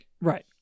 Right